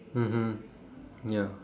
mmhmm ya